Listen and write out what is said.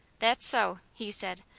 that's so, he said.